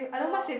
the